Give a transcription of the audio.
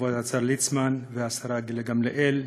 כבוד השר ליצמן והשרה גילה גמליאל,